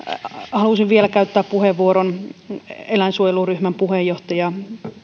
halusin vielä käyttää puheenvuoron eläinsuojeluryhmän puheenjohtaja